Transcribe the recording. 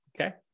okay